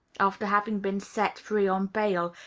after having been set free on bail,